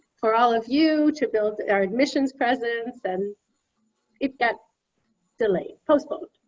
for all of you to build our admissions presence. and it got delayed, postponed,